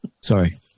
Sorry